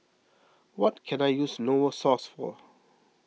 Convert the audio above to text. what can I use Novosource for